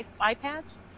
iPads